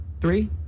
Three